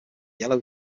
yellow